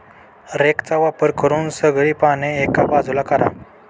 रेकचा वापर करून सगळी पाने एका बाजूला करा